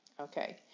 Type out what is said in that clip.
Okay